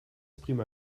prima